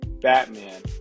Batman